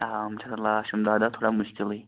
آ یِم چھِ آسان لاسٹِم دَہ دۄہ تھوڑا مُشکِلٕے